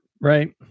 right